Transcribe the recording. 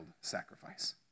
sacrifice